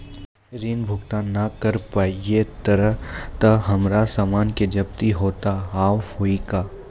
ऋण भुगतान ना करऽ पहिए तह हमर समान के जब्ती होता हाव हई का?